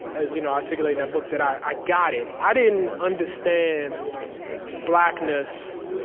as you know i articulate in that book, that i got it. i didn't understand blackness